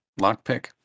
lockpick